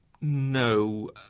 No